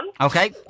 Okay